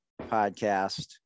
podcast